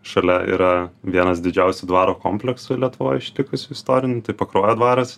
šalia yra vienas didžiausių dvaro kompleksų lietuvoj išlikusių istorinių pakruojo dvaras